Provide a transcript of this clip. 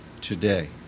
today